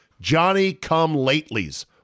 Johnny-come-latelys